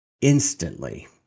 instantly